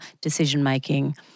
decision-making